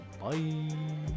Bye